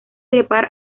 trepar